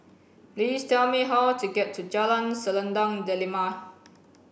please tell me how to get to Jalan Selendang Delima